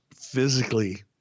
physically